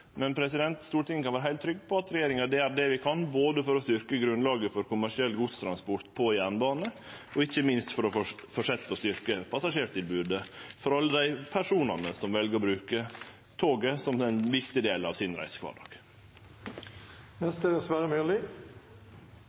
Stortinget når dei er gjorde. Men Stortinget kan vere heilt trygg på at regjeringa gjer det vi kan både for å styrkje grunnlaget for kommersiell godstransport på jernbane og – ikkje minst – for å fortsetje å styrkje passasjertilbodet for alle dei personane som vel å bruke toget som ein viktig del av sin